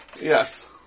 yes